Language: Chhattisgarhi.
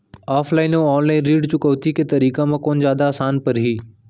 ऑफलाइन अऊ ऑनलाइन ऋण चुकौती के तरीका म कोन जादा आसान परही?